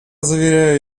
заверяю